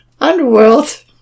Underworld